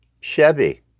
Chevy